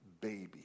baby